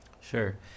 Sure